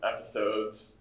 episodes